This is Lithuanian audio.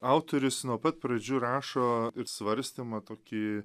autorius nuo pat pradžių rašo ir svarstymą tokį